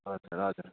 हजुर हजुर